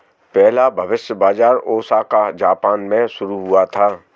पहला भविष्य बाज़ार ओसाका जापान में शुरू हुआ था